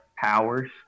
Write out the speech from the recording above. powers